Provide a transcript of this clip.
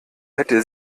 hätte